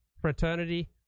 fraternity